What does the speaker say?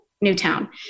Newtown